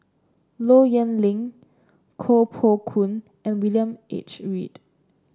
Low Yen Ling Koh Poh Koon and William H Read